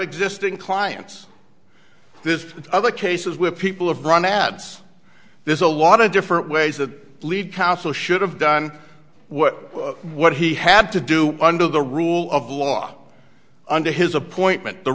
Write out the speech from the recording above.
existing clients this other cases where people have run ads there's a lot of different ways that lead counsel should have done what what he had to do under the rule of law under his appointment the